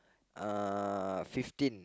uh fifteen